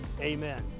Amen